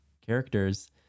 characters